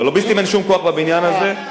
ללוביסטים אין שום כוח בבניין הזה.